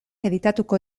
editatuko